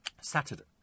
Saturday